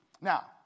Now